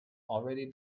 already